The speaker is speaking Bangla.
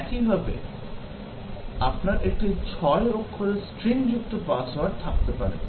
একইভাবে আপনার একটি 6 অক্ষরের string যুক্ত পাসওয়ার্ড থাকতে পারে